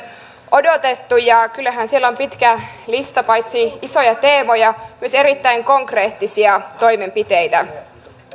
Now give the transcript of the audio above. odotettu ja kyllähän siellä on pitkä lista paitsi isoja teemoja myös erittäin konkreettisia toimenpiteitä